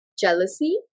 jealousy